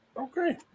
Okay